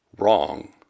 wrong